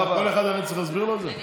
לכל אחד אני צריך להסביר את זה?